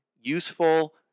useful